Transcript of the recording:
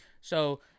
So-